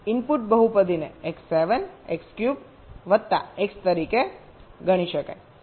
તેથી ઇનપુટ બહુપદીને x 7 x cube વત્તા x તરીકે ગણી શકાય